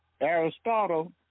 aristotle